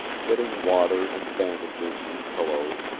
getting water and bandages and pillows,